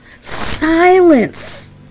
silence